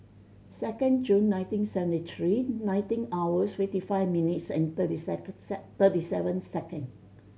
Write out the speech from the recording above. second June nineteen seventy three nineteen hours fifty five minutes and thirty thirty seven second